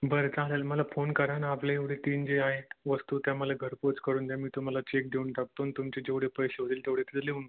बरं चालंल मला फोन करा आणि आपल्या एवढे तीन जे आहेत वस्तू त्या मला घरपोच करून द्या मी तुम्हाला चेक देऊन टाकतो आणि तुमचे जेवढे पैसे होईल तेवढे तिथे लिहून घ्या